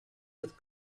with